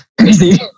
crazy